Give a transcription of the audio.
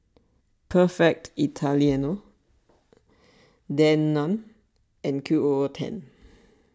Perfect Italiano Danone and Q O O ten